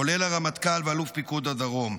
כולל הרמטכ"ל ואלוף פיקוד הדרום: